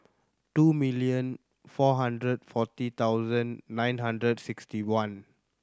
two million four hundred and forty thousand nine hundred sixty one